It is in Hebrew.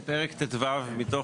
הללו מתוך